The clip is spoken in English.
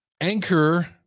Anchor